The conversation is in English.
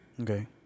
Okay